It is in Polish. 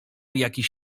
jakiś